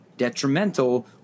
Detrimental